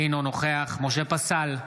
אינו נוכח משה פסל,